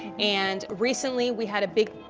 and, recently, we had a big,